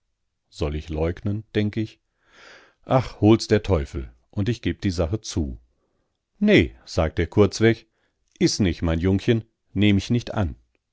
soll ich leugnen denk ich ach hol's der teufel und ich geh die sache zu ne sagt er kurzweg is nich mein jungchen nehm ich nicht an